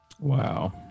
Wow